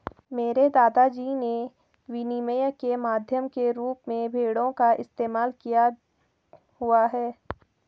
मेरे दादा जी ने विनिमय के माध्यम के रूप में भेड़ों का इस्तेमाल भी किया हुआ है